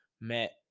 met